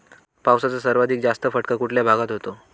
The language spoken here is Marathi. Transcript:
पावसाचा सर्वाधिक जास्त फटका कुठल्या भागात होतो?